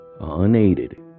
unaided